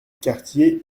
quartier